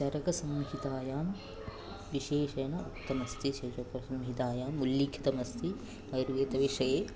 चरकसंहितायां विशेषेण उक्तमस्ति चरकसंहितायाम् उल्लिखितमस्ति आयुर्वेदविषये